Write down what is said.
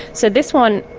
so this one,